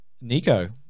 Nico